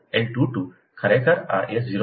L 22 ખરેખર આ 0